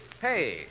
Hey